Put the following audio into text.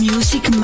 Music